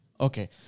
okay